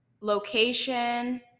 location